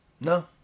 no